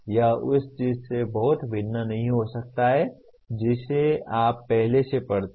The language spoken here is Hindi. यह उस चीज़ से बहुत भिन्न नहीं हो सकता है जिसे आप पहले से पढ़ते हैं